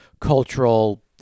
cultural